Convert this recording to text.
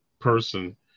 person